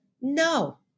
No